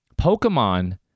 Pokemon